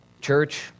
Church